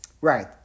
Right